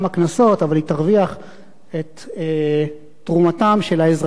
אבל היא תרוויח את תרומתם של האזרחים שרוצים